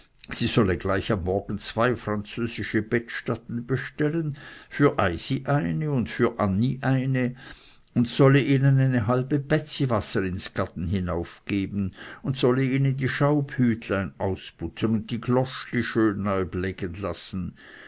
sie solle gleich am morgen zwei französische bettstatten bestellen für eisin eine und für anni eine und solle ihnen eine halbe bätziwasser ins gaden hinaufgeben und solle ihnen die schaubhütlin ausputzen und die gloschli schön neu b'legen lassen